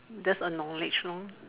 that's the knowledge lor